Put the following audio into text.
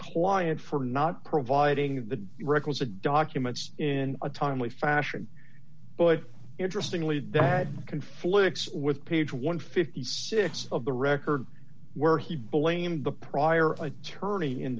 client for not providing the requisite documents in a timely fashion but interestingly that conflicts with page one hundred and fifty six of the record where he blamed the prior attorney in